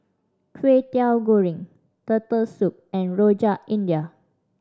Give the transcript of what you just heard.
Kwetiau Goreng Turtle Soup and Rojak India